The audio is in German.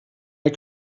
der